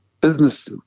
business